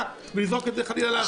בוועדה ולזרוק את זה, חלילה, לאשפה.